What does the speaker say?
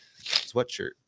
sweatshirt